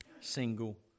single